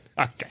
Okay